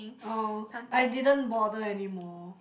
oh I didn't bother anymore